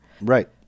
right